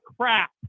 crap